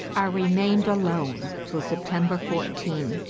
i remained alone till september fourteen,